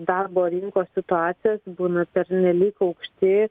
darbo rinkos situacijos būna pernelyg aukšti